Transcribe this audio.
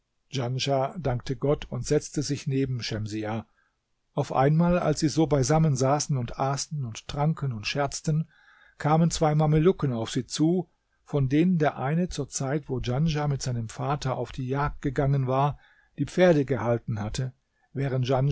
dankte gott und setzte sich neben schemsiah auf einmal als sie so beisammen saßen und aßen und tranken und scherzten kamen zwei mamelucken auf sie zu von denen der eine zur zeit wo djanschah mit seinem vater auf die jagd gegangen war die pferde gehalten hatte während